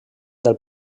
del